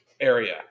area